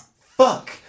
fuck